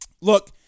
Look